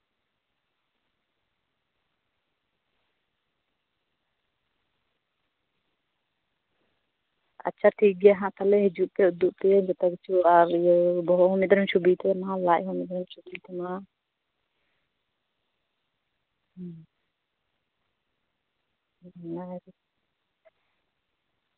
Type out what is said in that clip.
ᱟᱪᱪᱷᱟ ᱴᱷᱤᱠ ᱜᱮᱭᱟ ᱦᱟᱸᱜ ᱛᱟᱞᱦᱮ ᱦᱤᱡᱩᱜ ᱯᱮ ᱦᱟᱸᱜ ᱩᱫᱩᱜ ᱟᱯᱮᱭᱟᱧ ᱦᱟᱸᱜ ᱡᱚᱛᱚ ᱠᱤᱪᱷᱩ ᱟᱨ ᱤᱭᱟᱹ ᱫᱚᱦᱚ ᱞᱮᱜᱟᱭ ᱢᱮ ᱪᱷᱚᱵᱤ ᱠᱚ ᱞᱟᱡ ᱦᱚᱸ ᱢᱤᱫ ᱫᱷᱟᱣᱤᱧ ᱪᱷᱚᱵᱤᱭ ᱛᱟᱢᱟ